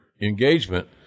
engagement